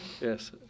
Yes